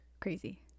Crazy